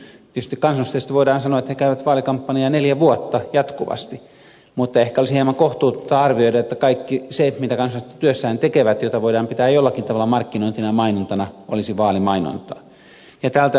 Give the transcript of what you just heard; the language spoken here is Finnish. tietysti kansanedustajista voidaan sanoa että he käyvät vaalikampanjaa neljä vuotta jatkuvasti mutta ehkä olisi hieman kohtuutonta arvioida että kaikki se mitä kansanedustajat työssään tekevät ja mitä voidaan pitää jollakin tavalla markkinointina ja mainontana olisi vaalimainontaa